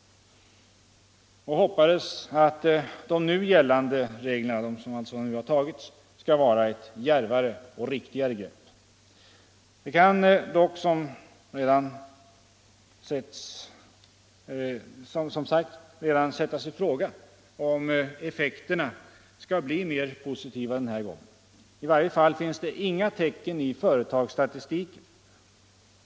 Finansministern hoppades dock att de nu gällande reglerna skall vara ”ett djärvare och riktigare grepp”. Det kan emellertid som sagt redan sättas i fråga om effekterna skall bli mer positiva den här gången. I varje fall finns det inga tecken i företagsstatistiken